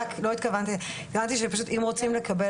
התכוונתי שפשוט אני חושבת שאם רוצים לקבל